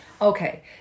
Okay